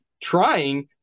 trying